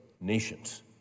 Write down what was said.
nations